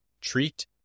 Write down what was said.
treat